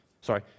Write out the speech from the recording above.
Sorry